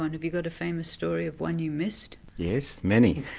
on, have you got a famous story of one you missed? yes, many.